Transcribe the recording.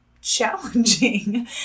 challenging